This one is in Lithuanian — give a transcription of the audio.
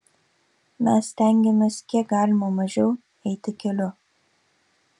mes stengiamės kiek galima mažiau eiti keliu